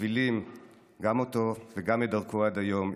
מובילים גם אותו וגם את דרכו עד היום,